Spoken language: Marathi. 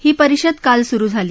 ही परिषद काल सुरु झाली